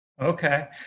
Okay